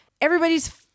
Everybody's